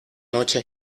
noche